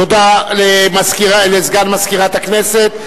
תודה לסגן מזכירת הכנסת.